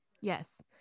yes